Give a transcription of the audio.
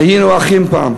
היינו אחים פעם.